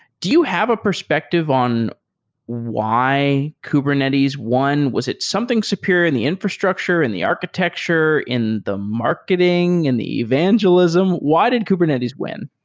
do you have a perspective on why kubernetes won? was it something superior in the infrastructure, in the architecture, in the marketing, in the evangelism? why did kubernetes win?